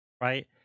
right